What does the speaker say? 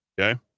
okay